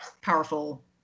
powerful